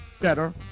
Better